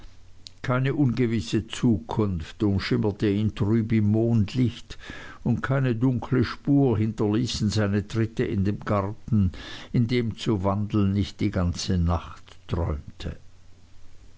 keine ungewisse zukunft umschimmerte ihn trüb im mondlicht und keine dunkle spur hinterließen seine tritte in dem garten in dem zu wandeln ich die ganze nacht träumte